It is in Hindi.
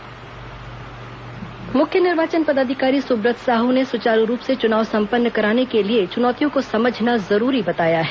सर्टिफिकेशन कोर्स मुख्य निर्वाचन पदाधिकारी सुब्रत साह ने सुचारू रूप से चुनाव सम्पन्न कराने के लिए चुनौतियों को समझना जरूरी बताया है